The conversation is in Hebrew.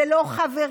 זה לא חברי.